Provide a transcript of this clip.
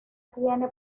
tiene